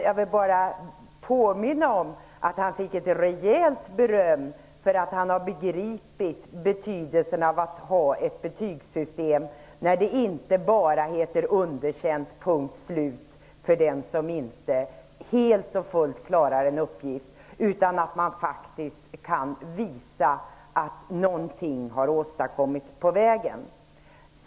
Jag vill bara påminna om att han fick rejält med beröm för att han har begripit betydelsen av att ha ett betygssystem där det inte bara blir underkänt för den som inte helt och fullt klarar en uppgift utan där man faktiskt kan visa att någonting har åstadkommits på vägen.